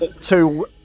two